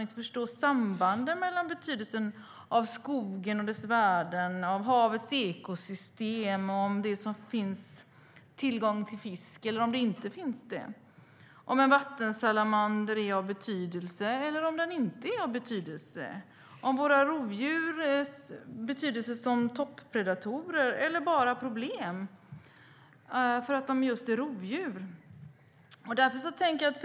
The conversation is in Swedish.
Det gäller bland annat betydelsen av skogen och dess värden, av havets ekosystem och om det finns tillgång på fisk eller inte, av om en vattensalamander är av betydelse eller inte, av rovdjurens betydelse som toppredatorer eller om de är bara ses som problem för att de är just rovdjur.